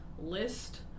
list